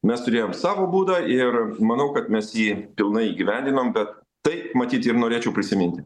mes turėjom savo būdą ir manau kad mes jį pilnai įgyvendinom bet taip matyt ir norėčiau prisiminti